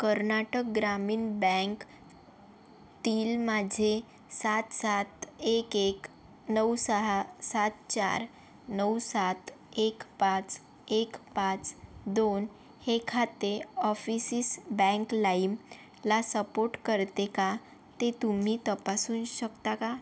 कर्नाटक ग्रामीण बँकेतील माझे सात सात एक एक नऊ सहा सात चार नऊ सात एक पाच एक पाच दोन हे खाते ऑफिसीस बँक लाईमला सपोर्ट करते का ते तुम्ही तपासू शकता का